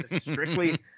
strictly